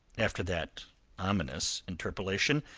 after that ominous interpolation,